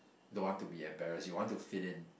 don't want to be embarrass you want to fit in